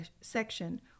section